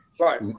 right